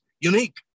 unique